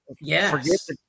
Yes